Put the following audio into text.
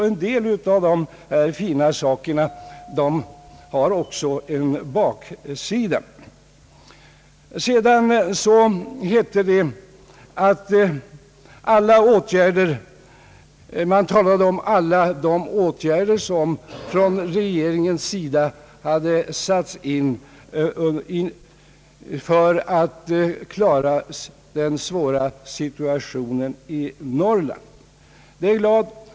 En del av dessa fina saker har därför också en baksida. Man talade om alla de åtgärder som från regeringens sida hade satts in för att klara den svåra situationen i Norrland.